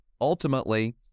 Ultimately